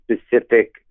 specific